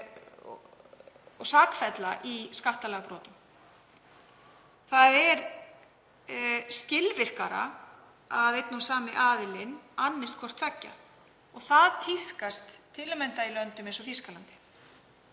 og sakfella í skattalagabrotum. Það er skilvirkara að einn og sami aðilinn annist hvort tveggja. Það tíðkast til að mynda í löndum eins og Þýskalandi.